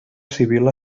civil